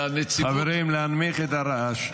חברים, להנמיך את הרעש.